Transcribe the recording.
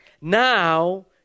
Now